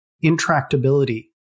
intractability